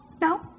no